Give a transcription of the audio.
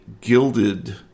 gilded